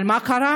אבל מה קרה?